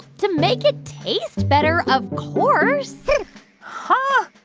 to make it taste better, of course huh?